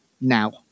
now